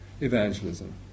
evangelism